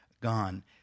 gone